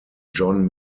john